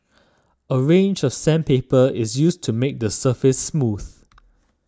a range of sandpaper is used to make the surface smooth